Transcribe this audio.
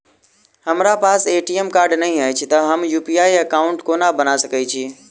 हमरा पास ATM card नहि अछि तए हम यु.पी.आई एकॉउन्ट कोना बना सकैत छी